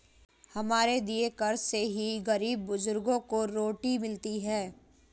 हमारे दिए कर से ही गरीब बुजुर्गों को रोटी मिलती है